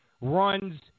runs